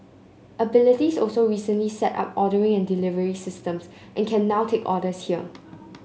abilities also recently set up ordering and delivery systems and can now take orders here